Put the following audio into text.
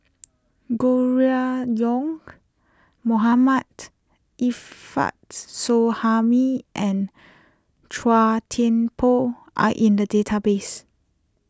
Gregory Yong Mohammad Suhaimi and Chua Thian Poh are in the database